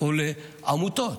או לעמותות.